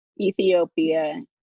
Ethiopia